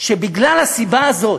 שמהסיבה הזאת,